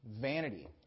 vanity